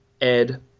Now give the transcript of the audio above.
ed